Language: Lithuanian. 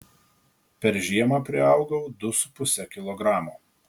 per žiemą priaugau du su puse kilogramo